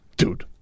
Dude